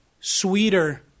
sweeter